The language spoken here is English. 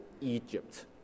Egypt